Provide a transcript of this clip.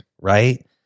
right